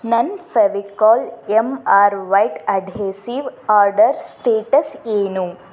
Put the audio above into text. ನನ್ನ Fevicol M R white adhesive order status ಏನು